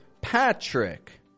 Patrick